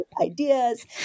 ideas